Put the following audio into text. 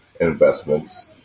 investments